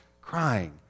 crying